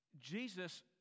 Jesus